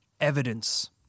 Evidence